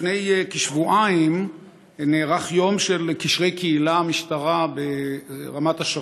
לפני כשבועיים נערך יום של קשרי קהילה משטרה ברמת השרון,